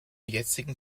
jetzigen